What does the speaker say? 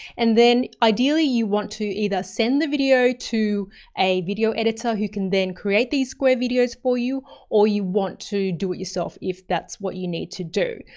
and then ideally you want to either send the video to a video editor who can then create these square videos for you or you want to do it yourself if that's what you need to do.